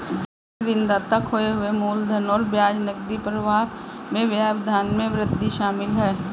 जोखिम ऋणदाता खोए हुए मूलधन और ब्याज नकदी प्रवाह में व्यवधान में वृद्धि शामिल है